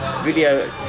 video